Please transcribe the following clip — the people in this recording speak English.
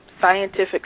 scientific